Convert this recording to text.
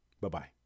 bye-bye